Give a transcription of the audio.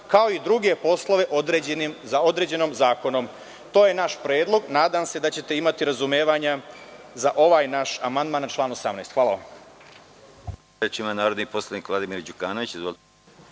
kao i druge poslove određene zakonom. To je naš predlog. Nadam se da ćete imati razumevanja za ovaj naš amandman na član 18. Hvala.